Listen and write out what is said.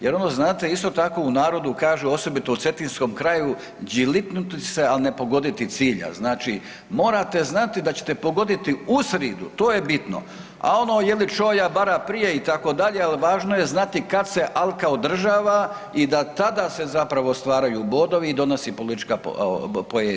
Jer ono znate isto tako u narodu kažu osobito u cetinskom kraju „đilitnuti se, al ne pogoditi cilja“, znači morate znati da ćete pogoditi u sridu, to je bitno, a ono je li čoja, bara, prije itd., al važno je znati kad se alka održava i da tada se zapravo stvaraju bodovi i donosi politička poeni.